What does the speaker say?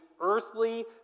earthly